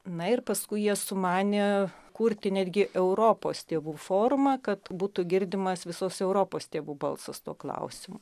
na ir paskui jie sumanė kurti netgi europos tėvų forumą kad būtų girdimas visos europos tėvų balsas tuo klausimu